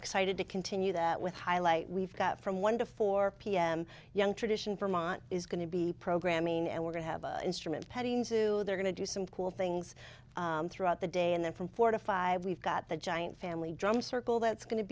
excited to continue that with highlight we've got from one to four pm young tradition is going to be programming and we're going to have an instrument petting zoo they're going to do some cool things throughout the day and then from four to five we've got the giant family drum circle that's going to